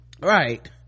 right